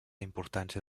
importància